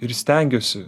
ir stengiuosi